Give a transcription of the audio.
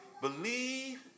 believe